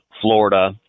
Florida